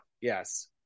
yes